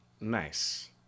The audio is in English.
nice